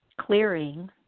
clearing